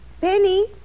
Penny